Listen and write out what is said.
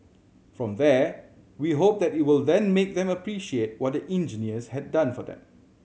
from there we hope that it will then make them appreciate what the engineers have done for them